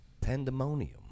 Pandemonium